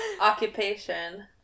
Occupation